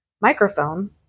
microphone